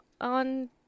on